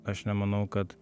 aš nemanau kad